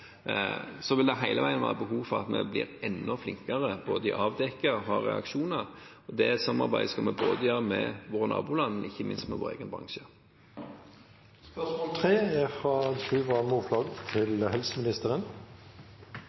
Så vil det hele veien være behov for at vi blir enda flinkere til både å avdekke og ha reaksjoner, og det samarbeidet skal vi gjøre med våre naboland, men ikke minst med vår egen